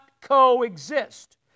coexist